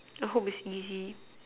I hope it's easy